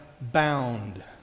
bound